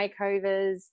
makeovers